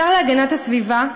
השר להגנת הסביבה,